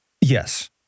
Yes